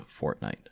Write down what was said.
Fortnite